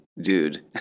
dude